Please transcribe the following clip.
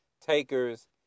Takers